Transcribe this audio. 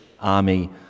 Army